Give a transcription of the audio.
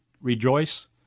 rejoice